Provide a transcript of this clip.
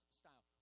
style